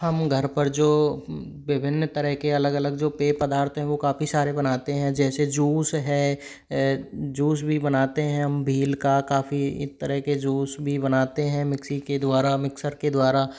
हम घर पर जो विभिन्न तरह के अलग अलग जो पेय पदार्थ हैं वो काफ़ी सारे बनाते हैं जैसे जूस है जूस भी बनाते हैं हम भील का काफ़ी इक तरह के जूस भी बनाते हैं मिक्सी के द्वारा मिक्सर के द्वारा